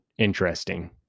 interesting